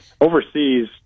overseas